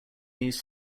needs